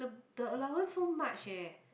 the the allowance so much eh